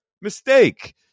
mistake